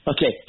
Okay